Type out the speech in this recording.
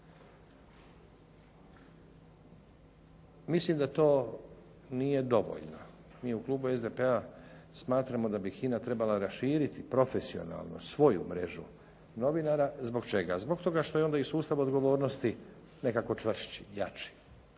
Mislim da to nije dovoljno. Mi u Klubu SDP-a smatramo da bi HINA trebala raširiti profesionalno svoju mrežu novinara. Zbog čega? Zbog toga što je onda i sustav odgovornosti nekako čvršći, jači